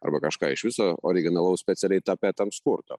arba kažką iš viso originalaus specialiai tapetams kurto